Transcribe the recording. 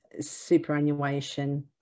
superannuation